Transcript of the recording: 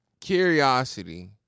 curiosity